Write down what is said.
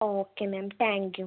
okay ma'am thank you